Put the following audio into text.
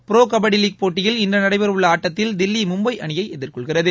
bro kabaddi league போட்டியில் இன்று நடைபெறவுள்ள ஆட்டத்தில் தில்லி மும்பை அணியை எதிர்கொள்கிறது